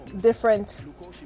different